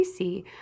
PC